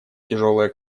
тяжелое